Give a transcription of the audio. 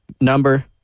number